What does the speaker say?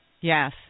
Yes